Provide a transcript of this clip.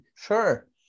Sure